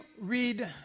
read